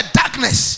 darkness